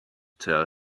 tell